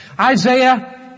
Isaiah